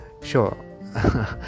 sure